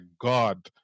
God